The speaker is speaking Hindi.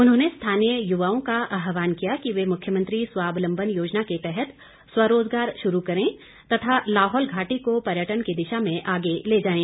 उन्होंने स्थानीय युवाओं का आहवान किया कि वे मुख्यमंत्री स्वाबलंबन योजना के तहत स्वरोजगार शुरू करें तथा लाहौल घाटी को पर्यटन की दिशा में आगे ले जाएं